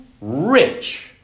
rich